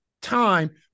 time